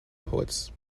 poets